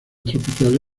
tropicales